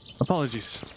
apologies